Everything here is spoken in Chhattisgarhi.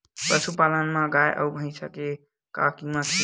पशुपालन मा गाय अउ भंइसा के का कीमत हे?